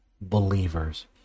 believers